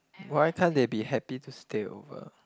why can't they be happy to stay over